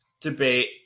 debate